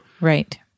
Right